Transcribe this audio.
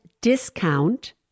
discount